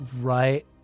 right